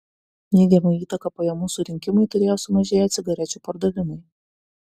neigiamą įtaką pajamų surinkimui turėjo sumažėję cigarečių pardavimai